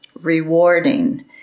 rewarding